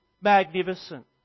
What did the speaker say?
magnificent